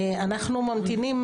אנחנו ממתינים